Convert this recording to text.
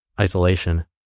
isolation